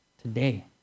today